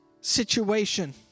situation